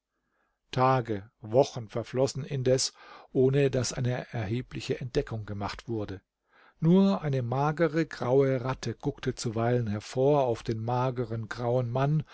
tage wochen verflossen indeß ohne daß eine erhebliche entdeckung gemacht wurde nur eine magere graue ratte guckte zuweilen hervor auf den mageren grauen mann